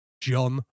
John